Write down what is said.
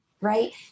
right